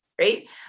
right